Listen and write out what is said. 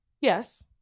Yes